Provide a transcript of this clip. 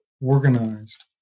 organized